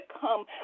come